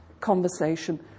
conversation